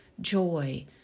joy